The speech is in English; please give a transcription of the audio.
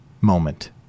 moment